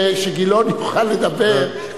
שגילאון יוכל לדבר,